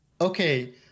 okay